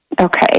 Okay